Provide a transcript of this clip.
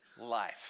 life